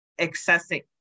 accessing